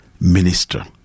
minister